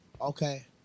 okay